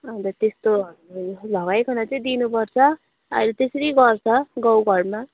अन्त त्यस्तोहरूले लगाइकन दिनुपर्छ अहिले त्यसरी गर्छ गाउँघरमा